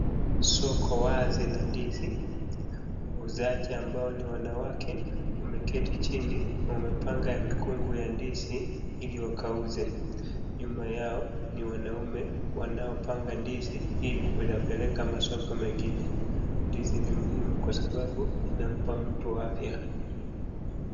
Soko wazi la ndizi, wauzaji ambao ni wanawake wameketi chini, wamepanga mikungu ya ndizi ili wakauze, nyuma ya o ni wanaume wanaopanga ndizi ili kuyapeleka masoko mengine, ndizi ni muhimu kwasababu inampa mtu afya.